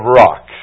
rock